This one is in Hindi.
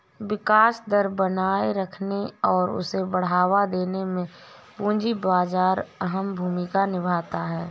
विकास दर बनाये रखने और उसे बढ़ावा देने में पूंजी बाजार अहम भूमिका निभाता है